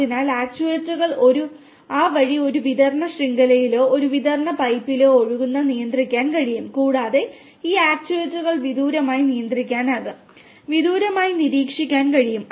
അതിനാൽ ആക്റ്റിവേറ്ററുകൾക്ക് ആ വഴി ഒരു വിതരണ ശൃംഖലയിലോ ഒരു വിതരണ പൈപ്പിലോ ഒഴുക്ക് നിയന്ത്രിക്കാൻ കഴിയും കൂടാതെ ഈ ആക്റ്റേറ്ററുകൾ വിദൂരമായി നിയന്ത്രിക്കാനാകും വിദൂരമായി നിരീക്ഷിക്കാൻ കഴിയും